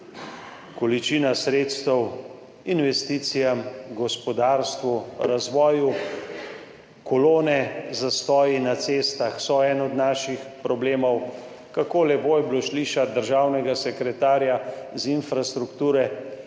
količina sredstev investicijam, gospodarstvu, razvoju. Kolone, zastoji na cestah so eden od naših problemov. Kako lepo je bilo slišati državnega sekretarja z infrastrukture,